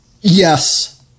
Yes